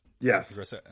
yes